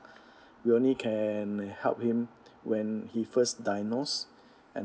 we only can help him when he first diagnosed and